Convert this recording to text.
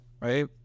right